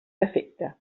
defecte